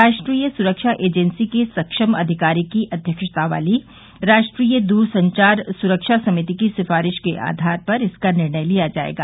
राष्ट्रीय सुरक्षा एजेंसी के सक्षम अधिकारी की अध्यक्षता वाली राष्ट्रीय दूर संचार सुरक्षा समिति की सिफारिश के आधार पर इसका निर्णय लिया जाएगा